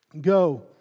go